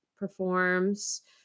performs